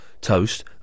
toast